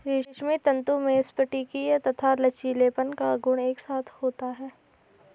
रेशमी तंतु में स्फटिकीय तथा लचीलेपन का गुण एक साथ होता है